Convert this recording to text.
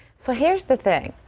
so here's the thing.